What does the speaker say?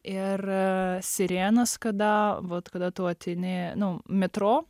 ir sirenos kada vot kada tu ateini nu metro